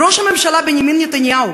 ראש הממשלה בנימין נתניהו,